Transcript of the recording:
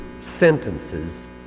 sentences